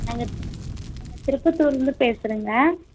நாங்கள் நாங்கள் திருப்பத்தூர்லிருந்து பேசுகிறேங்க